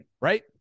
Right